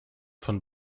von